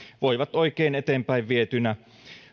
voivat oikein eteenpäin vietyinä